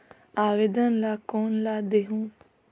आवेदन ला कोन ला देहुं?